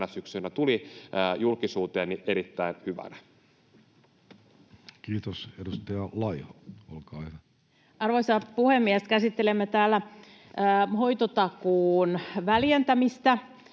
syksynä tuli julkisuuteen, erittäin hyvänä. Kiitos. — Edustaja Laiho. Arvoisa puhemies! Käsittelemme täällä hoitotakuun väljentämistä.